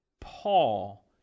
Paul